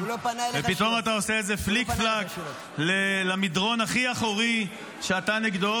ופתאום אתה עושה איזה פליק-פלאק למדרון הכי אחורי שאתה נגדו.